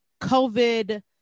COVID